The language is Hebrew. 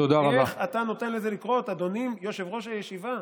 איך אתה נותן לזה לקרות, אדוני יושב-ראש הישיבה?